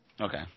Okay